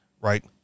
right